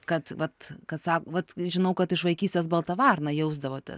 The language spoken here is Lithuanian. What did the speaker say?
kad vat kad sa vat žinau kad iš vaikystės balta varna jausdavotės